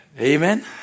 Amen